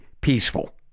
peaceful